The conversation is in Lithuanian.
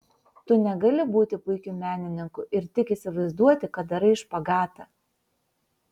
tu negali būti puikiu menininku ir tik įsivaizduoti kad darai špagatą